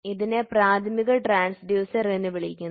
ഇതിനെ പ്രാഥമിക ട്രാൻസ്ഡ്യൂസർ എന്ന് വിളിക്കുന്നു